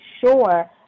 sure